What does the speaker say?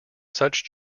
such